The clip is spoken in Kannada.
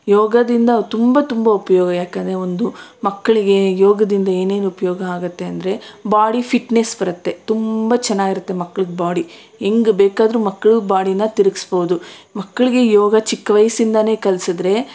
ಯೋಗದಿಂದ ತುಂಬ ತುಂಬ ಉಪಯೋಗ ಯಾಕೆಂದ್ರೆ ಒಂದು ಮಕ್ಕಳಿಗೆ ಯೋಗದಿಂದ ಏನೇನು ಉಪಯೋಗ ಆಗುತ್ತೆ ಅಂದರೆ ಬಾಡಿ ಫಿಟ್ನೆಸ್ ಬರುತ್ತೆ ತುಂಬ ಚೆನ್ನಾಗಿರುತ್ತೆ ಮಕ್ಕಳಿಗೆ ಬಾಡಿ ಹೆಂಗೆ ಬೇಕಾದರೂ ಮಕ್ಕಳು ಬಾಡಿನ ತಿರುಗಿಸ್ಬೋದು ಮಕ್ಕಳಿಗೆ ಯೋಗ ಚಿಕ್ಕ ವಯಸ್ಸಿಂದಲೇ ಕಲಿಸಿದ್ರೆ